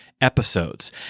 episodes